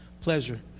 pleasure